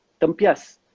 tempias